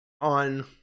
on